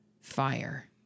fire